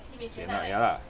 sian ah ya lah